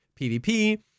PVP